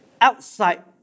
outside